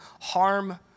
harm